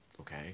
okay